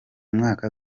mwaka